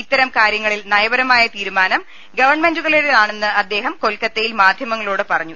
ഇത്തരം കാര്യ ങ്ങളിൽ നയപരമായ തീരുമാനം ഗവൺമെന്റുകളുടേതാണെന്ന് അദ്ദേഹം കൊൽക്കത്തയിൽ മാധ്യമങ്ങളോട് പറഞ്ഞു